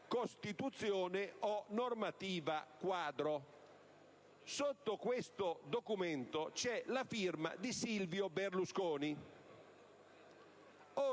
costituzione o normativa quadro)». Sotto questo documento c'è la firma di Silvio Berlusconi.